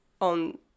on